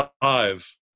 Five